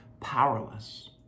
powerless